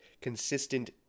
consistent